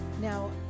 Now